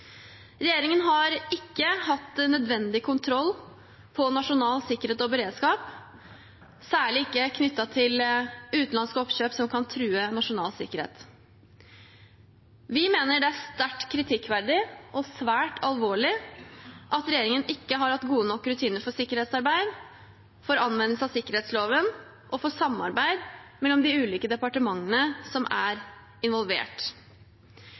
Regjeringen har ikke hatt nødvendig kontroll på nasjonal sikkerhet og beredskap, særlig ikke knyttet til utenlandske oppkjøp som kan true nasjonal sikkerhet. Vi mener det er sterkt kritikkverdig og svært alvorlig at regjeringen ikke har hatt gode nok rutiner for sikkerhetsarbeid, for anvendelse av sikkerhetsloven og for samarbeid mellom de ulike departementene som er involvert.